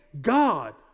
God